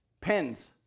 pens